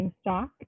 stock